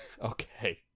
Okay